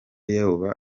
yoba